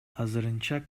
азырынча